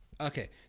Okay